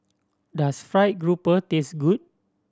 does fried grouper taste good